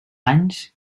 anys